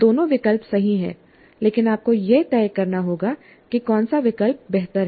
दोनों विकल्प सही हैं लेकिन आपको यह तय करना होगा कि कौन सा विकल्प बेहतर है